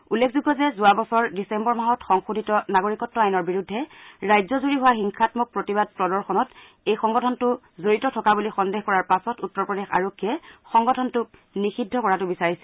উল্লেখযোগ্য যে যোৱা বৰ্ষৰ ডিচেম্বৰ মাহত সংশোধিত নাগৰিকত্ব আইনৰ বিৰুদ্ধে ৰাজ্যজুৰি হোৱা হিংসাম্মক প্ৰতিবাদ প্ৰদৰ্শনত এই সংগঠনটো জড়িত হোৱাৰ সন্দেহ কৰাৰ পাছত উত্তৰ প্ৰদেশ আৰক্ষীয়ে সংগঠনটোক নিষিদ্ধ কৰাটো বিচাৰিছিল